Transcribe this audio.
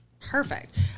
Perfect